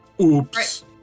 Oops